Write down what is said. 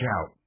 out